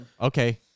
Okay